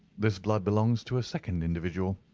this blood belongs to a second individual